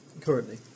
Currently